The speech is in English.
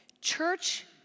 church